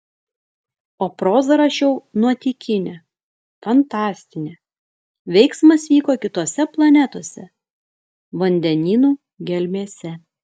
o prozą rašiau nuotykinę fantastinę veiksmas vyko kitose planetose vandenynų gelmėse